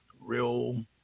real